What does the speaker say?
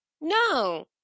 No